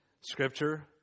Scripture